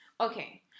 Okay